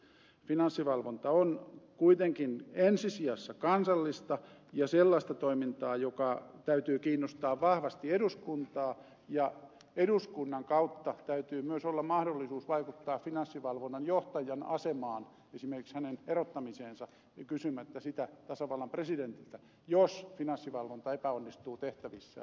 finanssivalvonta on kuitenkin ensisijassa kansallista ja sellaista toimintaa jonka täytyy kiinnostaa vahvasti eduskuntaa ja eduskunnan kautta täytyy myös olla mahdollisuus vaikuttaa finanssivalvonnan johtajan asemaan esimerkiksi hänen erottamiseensa kysymättä sitä tasavallan presidentiltä jos finanssivalvonta epäonnistuu tehtävissään